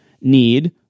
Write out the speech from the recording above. need